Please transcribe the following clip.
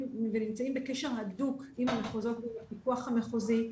ונמצאים בקשר הדוק עם המחוזות ועם הפיקוח המחוזי.